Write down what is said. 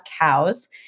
cows